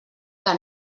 que